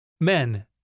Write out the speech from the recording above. Men